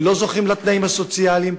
ולא זוכים לתנאים הסוציאליים,